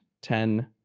ten